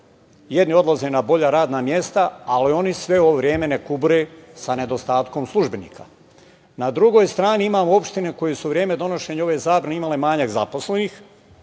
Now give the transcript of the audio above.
jedni odlaze na bolja radna mesta, ali oni sve ovo vreme ne kubure sa nedostatkom službenika. Na drugoj strani imamo opštine koje su u vreme donošenja ove zabrane imale manjak zaposlenih.